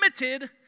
limited